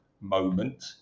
moment